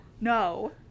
No